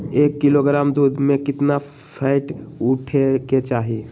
एक किलोग्राम दूध में केतना फैट उठे के चाही?